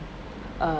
uh